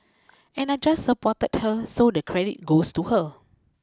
and I just supported her so the credit goes to her